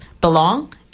belong